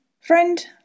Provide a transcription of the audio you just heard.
Friend